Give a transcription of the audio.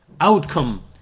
outcome